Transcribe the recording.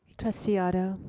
trustee otto.